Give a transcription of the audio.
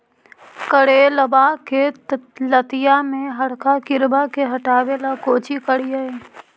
करेलबा के लतिया में हरका किड़बा के हटाबेला कोची करिए?